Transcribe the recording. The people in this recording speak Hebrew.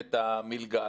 את המלגה,